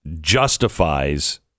justifies